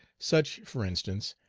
such, for instance,